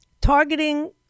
targeting